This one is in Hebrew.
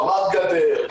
חמת גדר,